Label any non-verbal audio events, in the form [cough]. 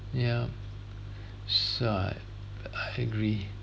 yup [breath] I agree